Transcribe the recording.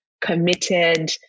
committed